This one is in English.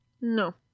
No